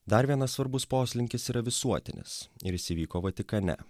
dar vienas svarbus poslinkis yra visuotinis ir jis įvyko vatikane